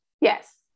Yes